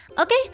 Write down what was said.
Okay